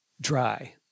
dry